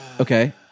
okay